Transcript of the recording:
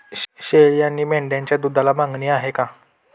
शेळी आणि मेंढीच्या दूधाला मागणी आहे का?